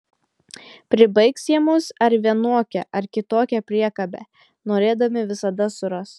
pribaigs jie mus ar vienokią ar kitokią priekabę norėdami visada suras